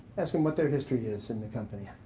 ask them what their history is in the company.